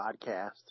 podcast